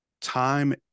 time